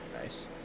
Nice